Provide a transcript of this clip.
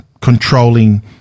controlling